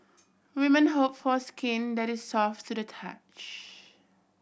women hope for skin that is soft to the touch